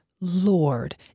lord